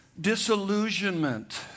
disillusionment